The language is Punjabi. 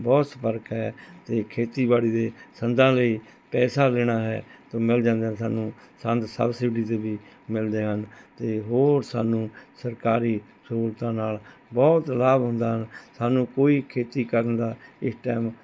ਬਹੁਤ ਸੰਪਰਕ ਹੈ ਅਤੇ ਖੇਤੀਬਾੜੀ ਦੇ ਸੰਦਾਂ ਲਈ ਪੈਸਾ ਲੈਣਾ ਹੈ ਤਾਂ ਮਿਲ ਜਾਂਦੇ ਹਨ ਸਾਨੂੰ ਸੰਦ ਸਬਸਿਡੀ 'ਤੇ ਵੀ ਮਿਲਦੇ ਹਨ ਅਤੇ ਹੋਰ ਸਾਨੂੰ ਸਰਕਾਰੀ ਸਹੂਲਤਾਂ ਨਾਲ ਬਹੁਤ ਲਾਭ ਹੁੰਦਾ ਹਨ ਸਾਨੂੰ ਕੋਈ ਖੇਤੀ ਕਰਨ ਦਾ ਇਸ ਟੈਮ